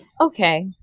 Okay